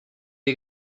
are